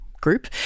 group